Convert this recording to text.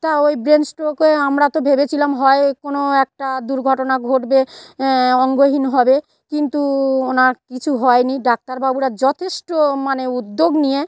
তা ওই brain stroke হয়ে আমরা তো ভেবেছিলাম হয় কোনো একটা দুর্ঘটনা ঘটবে অঙ্গহীন হবে কিন্তু ওনার কিছু হয়নি ডাক্তারবাবুরা যথেষ্ট মানে উদ্যোগ নিয়ে